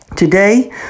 Today